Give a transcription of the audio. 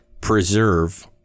preserve